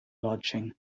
lodging